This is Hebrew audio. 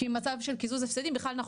כי במצב של קיזוז הפסדים בכלל אנחנו